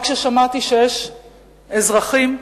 רק כששמעתי שנהרגו אזרחים,